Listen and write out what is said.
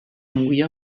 movia